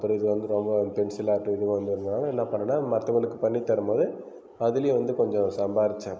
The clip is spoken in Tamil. அப்புறம் இது வந்து ரொம்ப பென்சில் ஆர்ட்ங்கிறதுனால என்ன பண்ணேன்னா மத்தவங்களுக்கு பண்ணி தரும் போது அதுலேயும் வந்து கொஞ்சம் சம்பாரித்தேன்